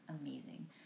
amazing